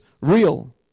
Real